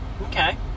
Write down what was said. Okay